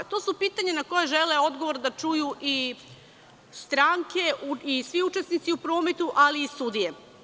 To su pitanja na koja žele odgovor da čuju i stranke i svi učesnici u prometu, ali i sudije.